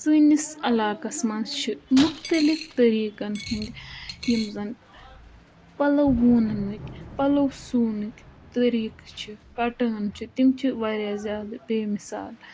سٲنِس علاقَس منٛز چھِ مُختلِف طٔریٖقَن ہٕنٛدۍ یِم زَن پَلو وونہٕ نٕکۍ پَلو سُونٕکۍ طٔریٖقہٕ چھِ پَٹٲنۍ چھِ تِم چھِ واریاہ زیادٕ بے مِثال